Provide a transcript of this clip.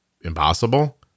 impossible